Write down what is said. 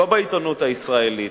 לא בעיתונות הישראלית,